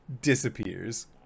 disappears